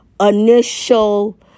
Initial